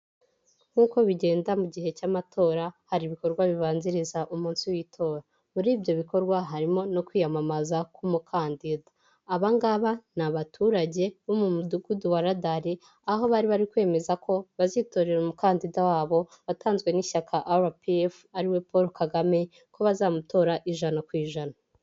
Nk'uko bigenda mu gihe cy'amatora ,hari ibikorwa bibanziriza umunsi w'itora, muri ibyo bikorwa harimo no kwiyamamaza k'umukandida, abangabo n'abaturage bo mu mudugudu wa Radari, aho bari bari kwemeza ko, bazitorera umukandida wabo watanzwe n'ishyaka Arapiyefu, ariwe Paul Kagame ,ko bazamutora ijana kw'ijana.